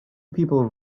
people